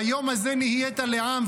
"היום הזה נהיית לעם",